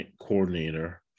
coordinator